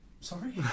sorry